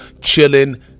chilling